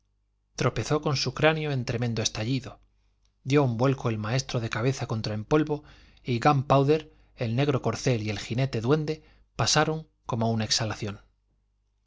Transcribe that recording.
tropezó con su cráneo en tremendo estallido dió un vuelco el maestro de cabeza contra el polvo y gunpowder el negro corcel y el jinete duende pasaron como una exhalación